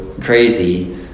crazy